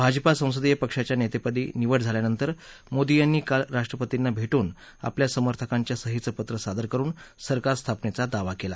भाजपा संसदीय पक्षाच्या नेतेपदी निवड झाल्यानंतर मोदी यांनी काल राष्ट्रपतींना भेटून आपल्या समर्थकांच्या सहीचं पत्र सादर करुन सरकार स्थापनेचा दावा केला